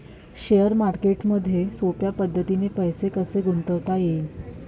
Share मार्केटमधी सोप्या पद्धतीने पैसे कसे गुंतवता येईन?